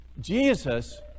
Jesus